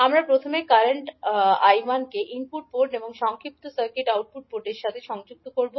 আমরা প্রথমে current I 1 কে ইনপুট পোর্ট এবং সংক্ষিপ্ত সার্কিট আউটপুট পোর্টের সাথে সংযুক্ত করব